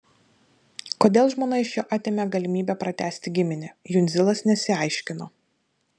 kodėl žmona iš jo atėmė galimybę pratęsti giminę jundzilas nesiaiškino